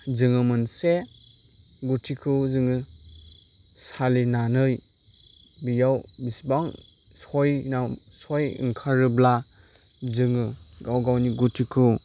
जोङो मोनसे गुथिखौ जोङो सालिनानै बियाव बेसेबां सय नाम सय ओंखारोब्ला जोङो गाव गावनि गुथिखौ